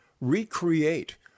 recreate